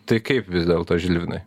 tai kaip vis dėlto žilvinai